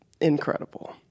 incredible